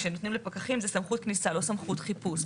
כשנותנים לפקחים זה סמכות כניסה, לא סמכות חיפוש.